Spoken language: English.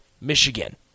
Michigan